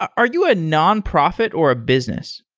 are you a nonprofit or a business?